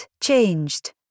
changed